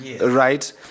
right